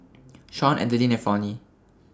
Shawn Adeline and Fronnie